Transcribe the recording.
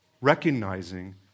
recognizing